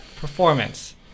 performance